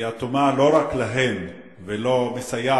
היא אטומה לא רק כלפיהם ולא מסייעת,